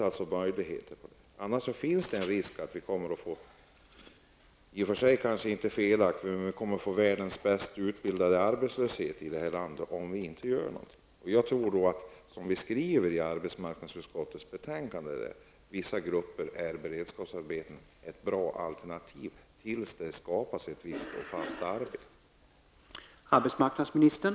Det finns en risk att vi kommer att få världens bäst utbildade arbetslösa i vårt land om inte något görs. Jag tycker, precis som det står i utskottets betänkande, att för vissa grupper är beredskapsarbeten ett bra alternativ tills det skapas fasta arbeten.